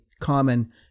common